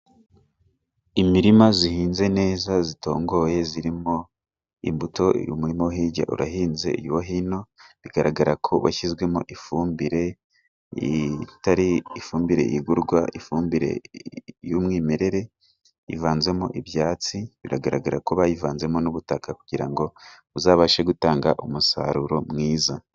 Imirima ihinze neza itongoye irimo imbuto, uyu murima hirya urahinze no hino bigaragara ko washyizwemo ifumbire, itari ifumbire igurwa ifumbire y'umwimerere ivanzemo ibyatsi, biragaragara ko bayivanzemo n'ubutaka kugira ngo uzabashe gutanga umusaruro mwiza.